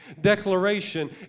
declaration